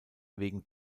wegen